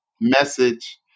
message